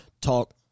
talk